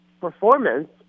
performance